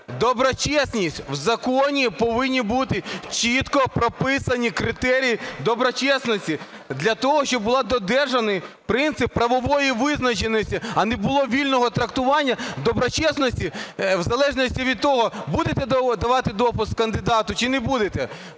доброчесність. В законі повинні бути чітко прописані критерії доброчесності для того, щоб був додержаний принцип правової визначеності, а не було вільного трактування доброчесності в залежності від того, будете давати допуск кандидату чи не будете.